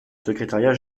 secrétariat